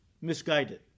misguided